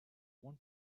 one